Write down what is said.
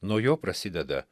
nuo jo prasideda